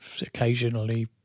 occasionally